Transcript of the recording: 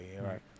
Right